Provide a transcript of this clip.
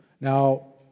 Now